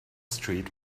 street